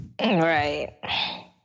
right